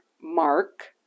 mark